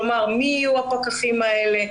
כלומר מי יהיו הפקחים האלה,